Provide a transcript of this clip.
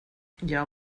jag